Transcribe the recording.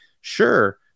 Sure